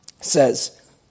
says